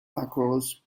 across